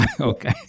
okay